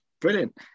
Brilliant